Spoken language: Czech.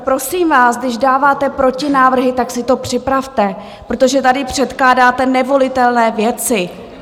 Prosím vás, když dáváte protinávrhy, tak si to připravte, protože tady předkládáte nevolitelné věci!